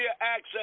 access